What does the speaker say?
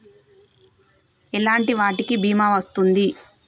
ఎలాంటి వాటికి బీమా వస్తుంది?